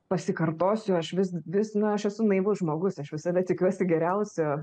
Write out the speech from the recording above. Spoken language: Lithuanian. pasikartosiu aš vis vis na aš esu naivus žmogus aš visada tikiuosi geriausio